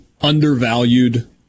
undervalued